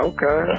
Okay